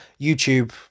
youtube